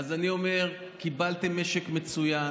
קיבלתם משק מצוין,